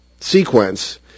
sequence